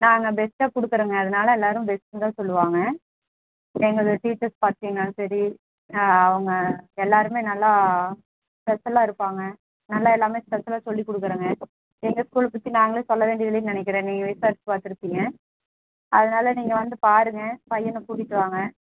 நாங்கள் பெஸ்ட்டாக கொடுக்குறோங்க அதனால் எல்லாரும் பெஸ்ட்டுன்னு தான் சொல்லுவாங்க எங்களோட டீச்சர்ஸ் பார்த்தீங்கனாலும் சரி அவங்க எல்லாருமே நல்லா ஸ்பெஷலாக இருப்பாங்க நல்லா எல்லாமே ஸ்பெஷலாக சொல்லி கொடுக்குறாங்க எங்கள் ஸ்கூல்லை பற்றி நாங்களே சொல்ல வேண்டியது இல்லைன்னு நினைக்கிறேன் நீங்கள் விசாரிச்சு பார்த்துருப்பீங்க அதனால் நீங்கள் வந்து பாருங்கள் பையனை கூட்டிகிட்டு வாங்க